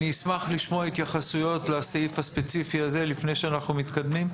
אני אשמח לשמוע התייחסויות לסעיף הספציפי הזה לפני שאנחנו מתקדמים.